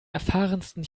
erfahrensten